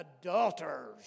adulterers